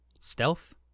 stealth